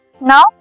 Now